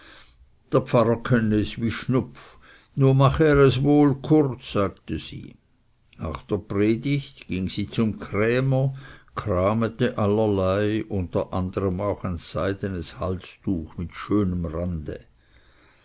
der pfarrer könne es wie schnupf nur mache er es wohl kurz sagte sie nach der predigt ging sie zum krämer kramete allerlei unter anderm auch ein seidenes halstuch mit schönem rande